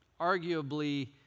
arguably